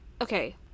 okay